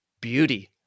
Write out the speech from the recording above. Beauty